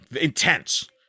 intense